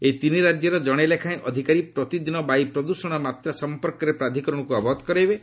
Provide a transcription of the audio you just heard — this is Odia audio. ଏହି ତିନି ରାଜ୍ୟର ଜଣେ ଲେଖାଏଁ ଅଧିକାରୀ ପ୍ରତିଦିନ ବାୟୁ ପ୍ରଦୂଷଣର ମାତ୍ରା ସଂପର୍କରେ ପ୍ରାଧିକରଣକୁ ଅବଗତ କରାଇବେ